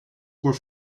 were